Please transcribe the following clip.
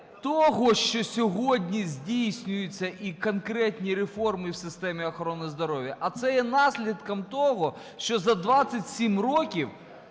того, що сьогодні здійснюються і конкретні реформи в системі охорони здоров'я, а це є наслідком того, що за 27 років